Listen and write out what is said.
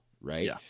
right